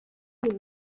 die